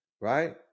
right